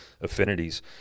affinities